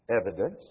evidence